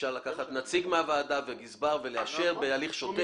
אפשר לקחת נציג מהוועדה וגזבר ולאשר בהליך שוטף.